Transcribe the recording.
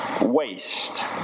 waste